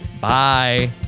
Bye